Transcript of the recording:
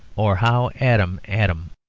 or how adam ad em.